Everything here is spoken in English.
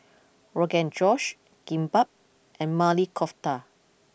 Rogan Josh Kimbap and Maili Kofta